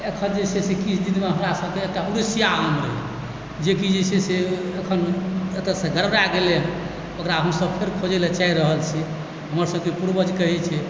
अखन जे छै से किछु दिनमे हमरासभके एतय उड़ीशिया आम अइ जेकि जे छै से एखन एतयसँ गड़बड़ा गेलै ओकरा हमसभ फेर खोजय लऽ चाहि रहल छी हमर सभकेँ पूर्वज कहै छै